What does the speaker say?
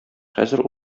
хәзер